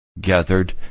gathered